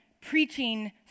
preaching